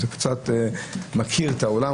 אז אני קצת מכיר את העולם.